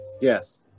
yes